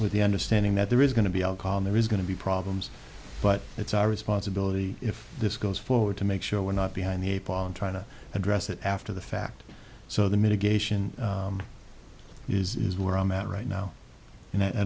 with the understanding that there is going to be alcohol there is going to be problems but it's our responsibility if this goes forward to make sure we're not behind the eight ball and try to address it after the fact so the mitigation is where i'm at right now and i